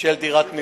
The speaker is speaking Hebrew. של דירת מגורים,